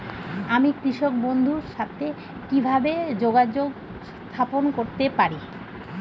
আমি কৃষক বন্ধুর সাথে কিভাবে যোগাযোগ স্থাপন করতে পারি?